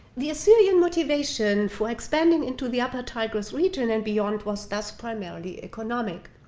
the assyrian motivation for expanding into the upper tigris region and beyond was thus primarily economic.